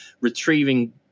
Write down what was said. retrieving